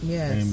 Yes